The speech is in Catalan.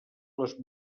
les